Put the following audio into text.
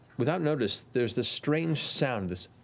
without notice there's this strange sound. this